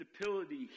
stability